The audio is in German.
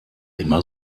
immer